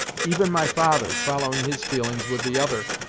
even my father, following his feelings with the other,